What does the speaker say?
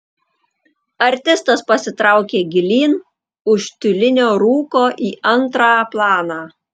artistas pasitraukė gilyn už tiulinio rūko į antrą planą